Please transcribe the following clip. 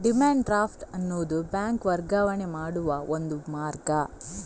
demand draft ಅನ್ನುದು bank ವರ್ಗಾವಣೆ ಮಾಡುವ ಒಂದು ಮಾರ್ಗ